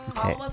Okay